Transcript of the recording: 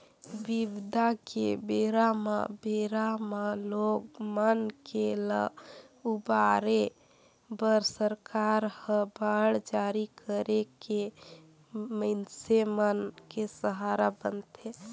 बिबदा के बेरा म बेरा म लोग मन के ल उबारे बर सरकार ह बांड जारी करके मइनसे मन के सहारा बनथे